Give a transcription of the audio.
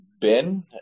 Ben